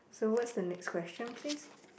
so what's the next question please